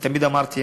אני תמיד אמרתי,